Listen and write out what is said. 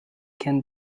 can